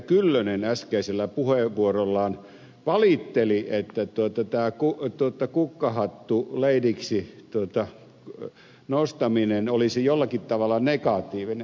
kyllönen äskeisellä puheenvuorollaan valitteli ei toteuteta koko tuota kukkahattuun että tämä kukkahattuleidiksi nostaminen olisi jollakin tavalla negatiivista niin ed